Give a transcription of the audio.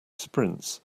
sprints